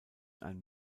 ein